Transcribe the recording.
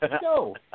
go